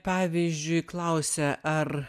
pavyzdžiui klausia ar